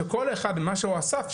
שכל אחד מה שהוא אסף,